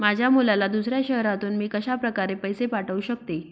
माझ्या मुलाला दुसऱ्या शहरातून मी कशाप्रकारे पैसे पाठवू शकते?